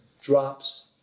drops